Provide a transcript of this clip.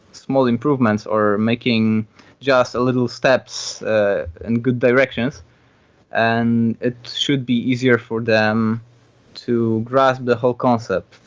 small improvements or making just little steps and good directions and it should be easier for them to grasp the whole concept.